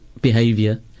behavior